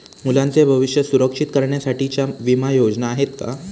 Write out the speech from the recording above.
मुलांचे भविष्य सुरक्षित करण्यासाठीच्या विमा योजना आहेत का?